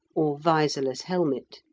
or visorless helmet.